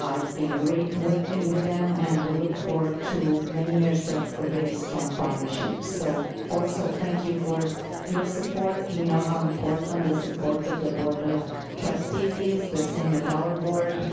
um it's been great working with them. and we look forward to many years of ah very strong partnerships. so also, thank you for your support. we know how important the and support of the board of trustees is, the same as our board,